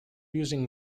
using